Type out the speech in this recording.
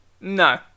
No